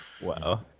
Wow